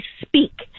speak